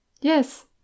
Yes